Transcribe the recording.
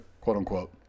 quote-unquote